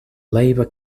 labor